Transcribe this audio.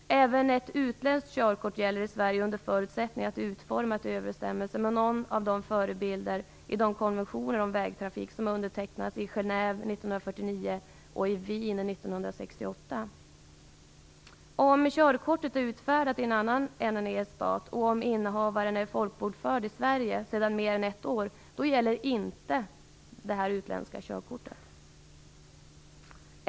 Även ett annat utländskt körkort gäller i Sverige under förutsättning att det är utformat i överensstämmelse med någon av förebilderna i de konventioner om vägtrafik som undertecknades i Genève 1949 och i Sverige sedan mer än ett år gäller inte det utländska körkortet.